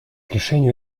решению